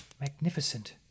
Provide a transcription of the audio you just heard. magnificent